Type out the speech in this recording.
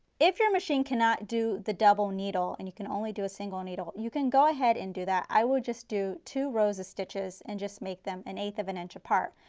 if your machine cannot do the double needle and you can only do a single needle, you can go ahead and do that. i will just two rows of stitches and just make them an eighth of an inch apart.